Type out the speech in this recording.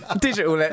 Digital